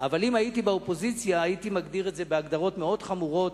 אבל אם הייתי באופוזיציה הייתי מגדיר את זה בהגדרות מאוד חמורות,